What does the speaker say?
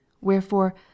wherefore